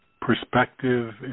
perspective